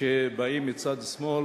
אלה שבאות מצד שמאל